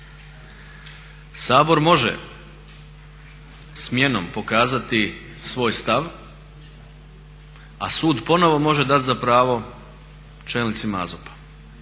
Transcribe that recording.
Sabor može smjenom pokazati svoj stav, a sud ponovno može dati za pravo čelnicima